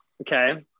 okay